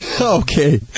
Okay